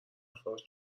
اخراج